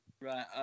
Right